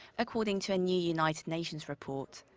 according to a new united nations report.